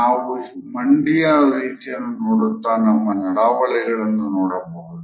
ನಾವು ಮಂಡಿಯ ರೀತಿಯನ್ನು ನೋಡುತ್ತಾ ನಮ್ಮ ನಡವಾಳಿಗಳನ್ನು ನೋಡಬಹುದು